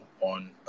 on